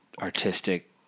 artistic